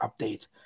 update